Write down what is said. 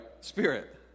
spirit